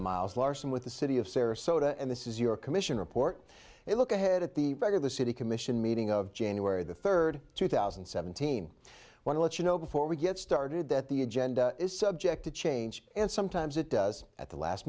miles larson with the city of sarasota and this is your commission report a look ahead at the back of the city commission meeting of january the third two thousand and seventeen want to let you know before we get started that the agenda is subject to change and sometimes it does at the last